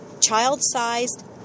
child-sized